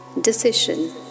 decision